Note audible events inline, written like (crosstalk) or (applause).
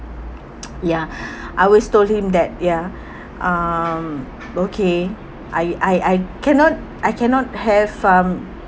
ya (breath) I always told him that ya um okay I I I cannot I cannot have um